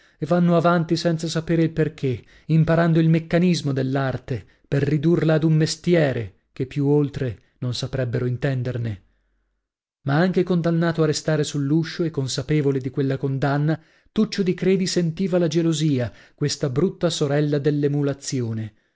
e vanno avanti senza sapere il perchè imparando il meccanismo dell'arte per ridurla ad un mestiere che più oltre non saprebbero intenderne ma anche condannato a restare sull'uscio e consapevole di quella condanna tuccio di credi sentiva la gelosia questa brutta sorella